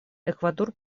эквадор